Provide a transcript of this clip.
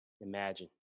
imagine